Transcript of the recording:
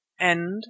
end